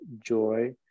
joy